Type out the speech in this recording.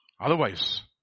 otherwise